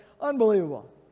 Unbelievable